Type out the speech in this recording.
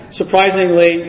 surprisingly